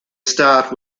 start